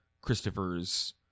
Christopher's